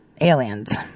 Aliens